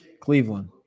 Cleveland